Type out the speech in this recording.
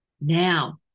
Now